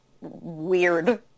weird